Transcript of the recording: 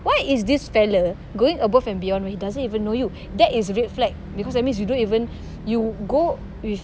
why is this fella going above and beyond when he doesn't even know you that is red flag because that means you don't even you go with